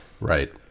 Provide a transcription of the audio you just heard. Right